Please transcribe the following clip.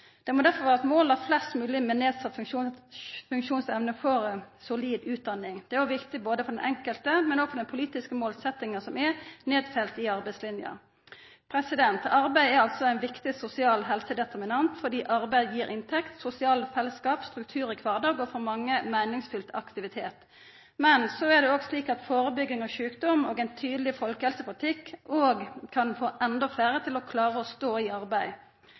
Det må derfor vera eit mål at flest mogleg med nedsett funksjonsevne får ei solid utdanning. Det er viktig både for den enkelte og for den politiske målsettinga som er nedfelt i arbeidslinja. Arbeid er altså ein viktig sosial helsedeterminant fordi arbeid gir inntekt, sosiale fellesskap, struktur i kvardagen og for mange, meiningsfylt aktivitet. Så er det også slik at førebygging av sjukdom og ein tydeleg folkehelsepolitikk kan få endå fleire til å stå i arbeid.